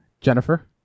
jennifer